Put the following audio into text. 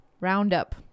roundup